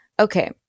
Okay